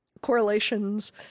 correlations